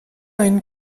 einen